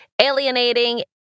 alienating